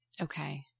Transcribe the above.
Okay